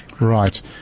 Right